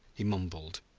he mumbled,